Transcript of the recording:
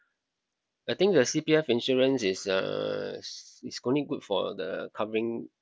I think the C_P_F insurance is uh is only good for the covering